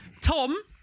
Tom